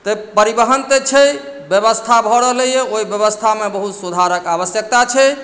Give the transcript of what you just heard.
तऽ परिवहन तऽ छै व्यवस्था भऽ रहलैए ओहि व्यवस्थामे बहुत सुधारक आवश्यकता छै